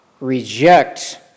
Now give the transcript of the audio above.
reject